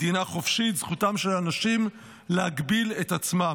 מדינה חופשית, זכותם של אנשים להגביל את עצמם.